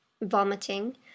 Vomiting